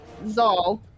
Zol